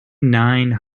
nine